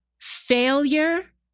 failure